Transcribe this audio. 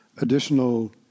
additional